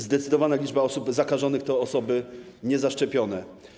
Zdecydowana liczba osób zakażonych to osoby niezaszczepione.